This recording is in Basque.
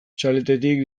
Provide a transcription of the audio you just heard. txaletetik